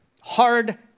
hard